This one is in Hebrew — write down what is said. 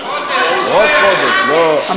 ראש חודש, לא ערב.